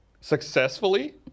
successfully